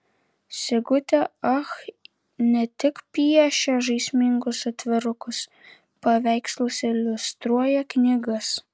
sigutė ach ne tik piešia žaismingus atvirukus paveikslus iliustruoja knygas